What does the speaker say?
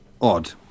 odd